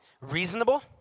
reasonable